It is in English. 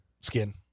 skin